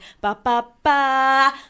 ba-ba-ba